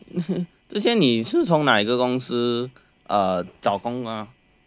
之前你是从哪一个公司找工啊